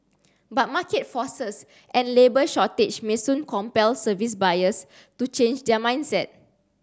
but market forces and labour shortage may soon compel service buyers to change their mindset